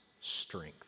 strength